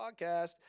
podcast